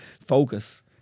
Focus